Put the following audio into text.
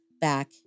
back